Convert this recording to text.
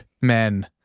men